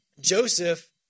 Joseph